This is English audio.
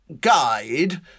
Guide